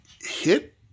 hit